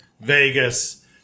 Vegas